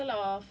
like